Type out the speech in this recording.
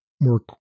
work